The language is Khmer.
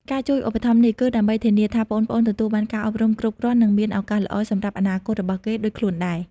ការជួយឧបត្ថម្ភនេះគឺដើម្បីធានាថាប្អូនៗទទួលបានការអប់រំគ្រប់គ្រាន់ និងមានឱកាសល្អសម្រាប់អនាគតរបស់គេ ដូចខ្លួនដែរ។